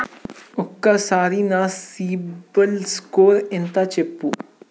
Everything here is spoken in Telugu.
ఒక్కసారి నా సిబిల్ స్కోర్ ఎంత చెప్పు?